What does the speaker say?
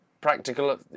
practical